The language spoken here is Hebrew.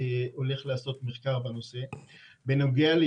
טלפון שמופנה למרכז או אם מגיעה מטופלת,